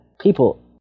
people